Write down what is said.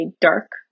dark